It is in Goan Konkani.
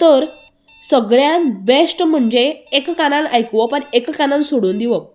तर सगळ्यांत बॅस्ट म्हणजे एका कानांत आयकुवप आनी एका कानांत सोडून दिवप